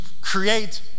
create